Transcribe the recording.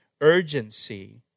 urgency